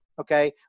okay